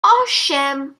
osiem